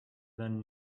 then